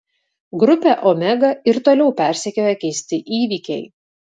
grupę omega ir toliau persekioja keisti įvykiai